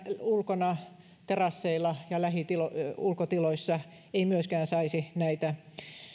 ulkona terasseilla ja lähiulkotiloissa ei myöskään saisi näitä